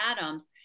atoms